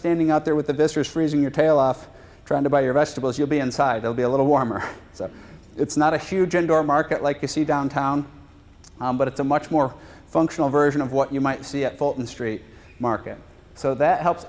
standing out there with the business freezing your tail off trying to buy your vegetables you'll be inside will be a little warmer so it's not a huge indoor market like you see downtown but it's a much more functional version of what you might see at fulton street market so that helps